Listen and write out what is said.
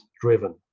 driven